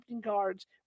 guards